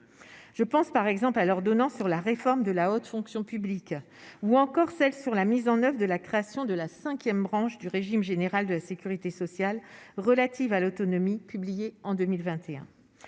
je pense par exemple à leur donnant sur la réforme de la haute fonction publique ou encore celle sur la mise en oeuvre et de la création de la 5ème, branche du régime général de la Sécurité sociale, relatives à l'autonomie, publié en 2021,